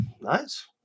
nice